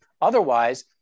Otherwise